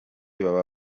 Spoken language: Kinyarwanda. baba